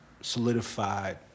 solidified